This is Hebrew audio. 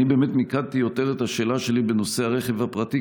אני מיקדתי יותר את השאלה שלי בנושא הרכב הפרטי,